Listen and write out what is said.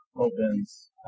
Opens